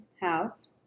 house